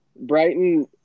Brighton